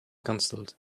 cancelled